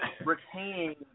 retaining